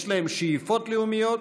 יש להם שאיפות לאומיות,